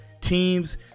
teams